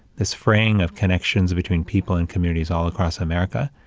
this fraying of connections between people and communities all across america,